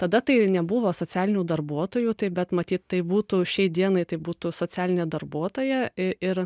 tada tai nebuvo socialinių darbuotojų tai bet matyt tai būtų šiai dienai tai būtų socialinė darbuotoja ir